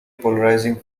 polarizing